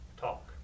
talk